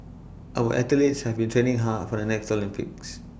our athletes have been training hard for the next Olympics